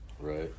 Right